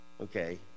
okay